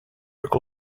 jak